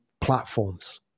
platforms